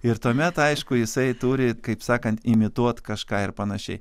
ir tuomet aišku jisai turi kaip sakant imituot kažką ir panašiai